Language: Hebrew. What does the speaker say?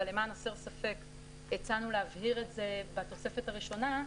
אבל למען הסר ספק הצענו להבהיר את זה בתוספת הראשונה,